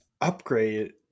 Upgrade